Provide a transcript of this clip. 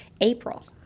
April